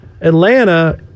Atlanta